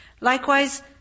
Likewise